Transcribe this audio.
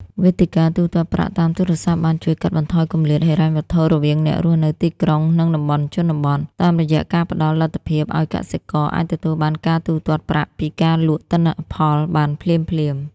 វេទិកាទូទាត់ប្រាក់តាមទូរស័ព្ទបានជួយកាត់បន្ថយគម្លាតហិរញ្ញវត្ថុរវាងអ្នករស់នៅទីក្រុង និងតំបន់ជនបទ តាមរយៈការផ្ដល់លទ្ធភាពឱ្យកសិករអាចទទួលបានការទូទាត់ប្រាក់ពីការលក់ទិន្នផលបានភ្លាមៗ។